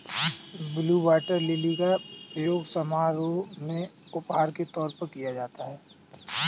blue water lily का प्रयोग समारोह में उपहार के तौर पर किया जाता है